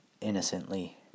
innocently